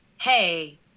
hey